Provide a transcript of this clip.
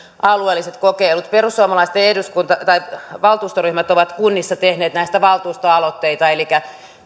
alueelliset kokeilut perussuomalaisten valtuustoryhmät ovat kunnissa tehneet näistä valtuustoaloitteita elikkä